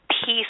Peace